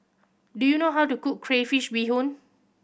do you know how to cook crayfish beehoon